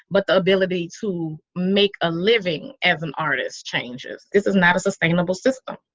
but the ability to make a living as an artist changes this is not a sustainable system.